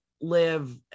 live